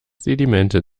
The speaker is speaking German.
sedimente